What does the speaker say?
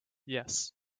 yes